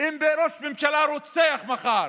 אם ראש ממשלה רוצח מחר,